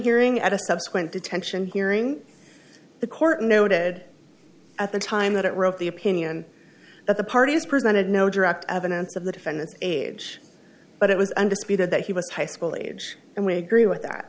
hearing at a subsequent detention hearing the court noted at the time that it wrote the opinion that the parties presented no direct evidence of the defendant's age but it was undisputed that he was high school age and we agree with that